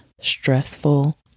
stressful